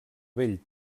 vell